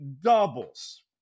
doubles